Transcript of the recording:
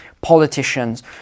politicians